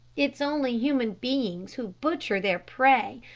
it is only human beings who butcher their prey,